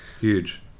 Huge